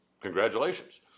Congratulations